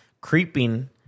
creeping